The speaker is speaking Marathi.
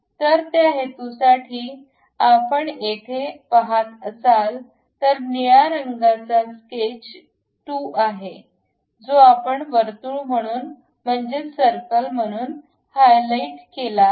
तर त्या हेतूसाठी आपण येथे पहात असाल तर निळा रंगाचा स्केच 2 आहे जो आपण वर्तुळ म्हणून म्हणजेच सर्कल म्हणून हायलाइट केला आहे